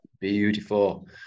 Beautiful